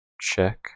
check